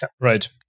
Right